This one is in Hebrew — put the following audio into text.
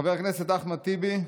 חבר הכנסת אחמד טיבי,